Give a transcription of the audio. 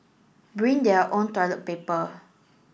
bring their own toilet paper